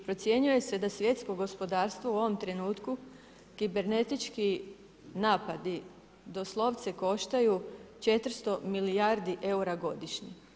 Procjenjuje se da svjetsko gospodarstvo u ovom trenutku kibernetički napadi doslovce koštaju 400 milijardi eura godišnje.